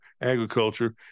agriculture